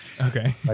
Okay